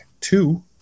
two